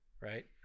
Right